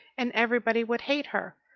and everybody would hate her.